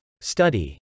Study